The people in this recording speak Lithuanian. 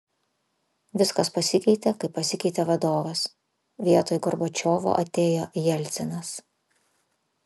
viskas pasikeitė kai pasikeitė vadovas vietoj gorbačiovo atėjo jelcinas